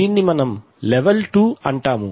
దీన్ని మనం level 2 అంటాము